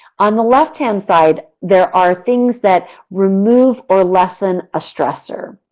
on the left hand side, there are things that remove or lessen a stressor.